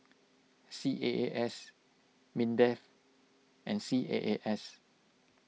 C A A S Mindef and C A A S